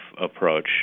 approach